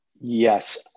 Yes